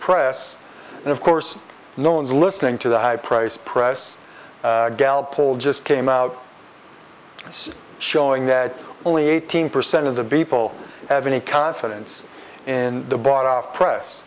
press and of course no one's listening to the high price press gallup poll just came out is showing that only eighteen percent of the b people have any confidence in the bought off press